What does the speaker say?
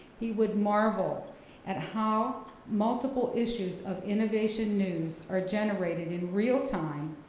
he would marvel at how multiple issues of innovation news are generated in real time,